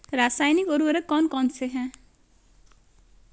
रासायनिक उर्वरक कौन कौनसे हैं?